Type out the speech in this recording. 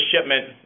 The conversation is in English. shipment